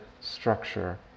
structure